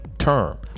term